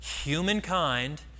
humankind